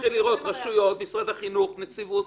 נתחיל לראות רשויות, משרד החינוך, נציבות,